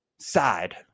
Side